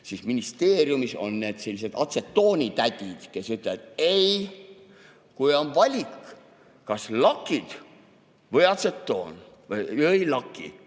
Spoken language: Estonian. Ministeeriumis on sellised atsetoonitädid, kes ütlevad: ei, kui on valik, kas lakid ja atsetoon või ei laki